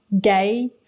gay